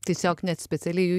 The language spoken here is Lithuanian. tiesiog net specialiai jų